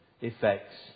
effects